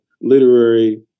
literary